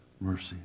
mercy